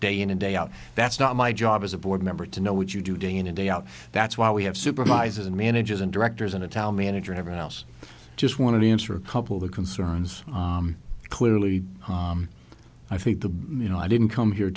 day in and day out that's not my job as a board member to know what you do day in and day out that's why we have supervisors and managers and directors and a town manager everyone else i just want to answer a couple of the concerns clearly i think the you know i didn't come here